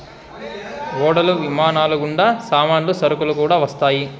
ఓడలు విమానాలు గుండా సామాన్లు సరుకులు కూడా వస్తాయి